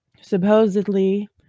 supposedly